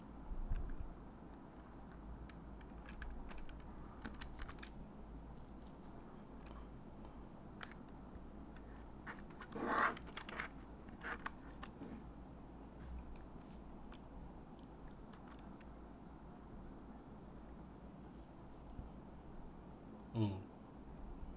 mm